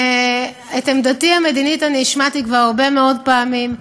את עמדתי המדינית השמעתי כבר הרבה מאוד פעמים.